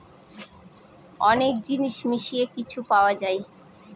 অনেক জিনিস মিশিয়ে কিছু পাওয়া যায়